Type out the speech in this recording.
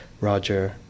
roger